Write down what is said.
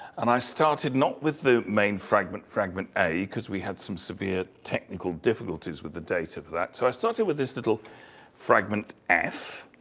and i started not with the main fragment, fragment a, cuz we had some severe technical difficulties with the data for that. so i started with this little fragment f.